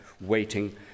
waiting